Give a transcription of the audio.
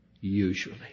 usually